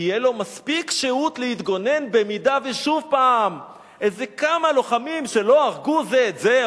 תהיה לו מספיק שהות להתגונן אם שוב איזה כמה לוחמים שלא הרגו זה את זה,